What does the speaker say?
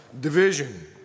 division